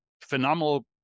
phenomenal